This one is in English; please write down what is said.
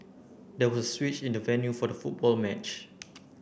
there was a switch in the venue for the football match